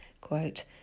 quote